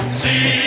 see